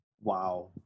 Wow